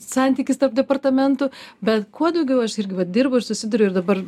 santykis tarp departamentų bet kuo daugiau aš irgi vat dirbu ir susiduriu ir dabar